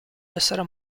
essere